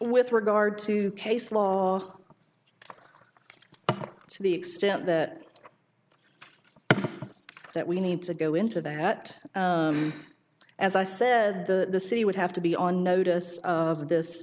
with regard to case law to the extent that that we need to go into that as i said the city would have to be on notice of this